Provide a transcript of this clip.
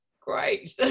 Great